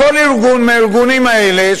כל ארגון מהארגונים האלה,